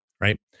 right